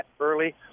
early